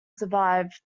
survived